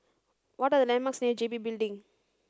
what are the landmarks near G B Building